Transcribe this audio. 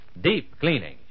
Deep-cleaning